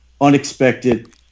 unexpected